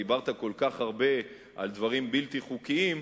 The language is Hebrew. דיברת כל כך הרבה על דברים בלתי חוקיים,